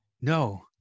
No